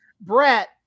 Brett